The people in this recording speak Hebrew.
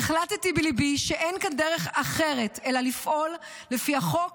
"החלטתי בליבי שאין כאן דרך אחרת אלא לפעול לפי החוק